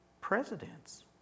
presidents